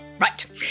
Right